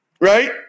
Right